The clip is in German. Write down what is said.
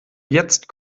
jetzt